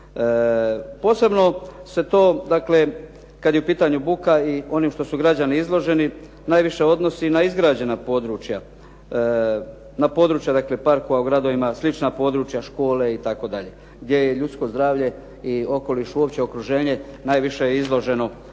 Posebno se to dakle kad je u pitanju buka i ono čemu su građani izloženi najviše odnosi na izgrađena područja, na područja dakle parkova u gradovima, slična područja škole itd. gdje je ljudsko zdravlje i okoliš, uopće okruženje najviše izloženo svim